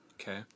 Okay